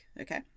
Okay